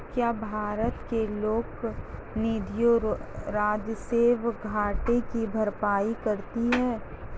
क्या भारत के लोक निधियां राजस्व घाटे की भरपाई करती हैं?